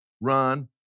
run